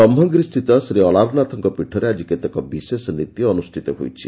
ବ୍ରହ୍କଗିରି ସ୍ଥିତ ଶ୍ରୀ ଅଲାରନାଥଙ୍କ ପୀଠରେ ଆଜି କେତେକ ବିଶେଷ ନୀତି ଅନୁଷ୍ଠିତ ହେଉଛି